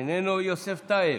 איננו, יוסף טייב,